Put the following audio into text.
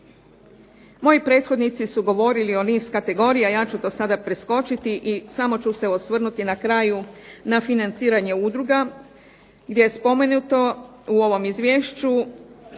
Moji prethodnici su govorili o niz kategorija, ja ću to sada preskočiti i samo ću se osvrnuti na kraju na financiranje udruga gdje je spomenuto, u ovom izvješću,